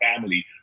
family